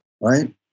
right